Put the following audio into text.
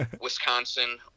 Wisconsin